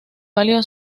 válido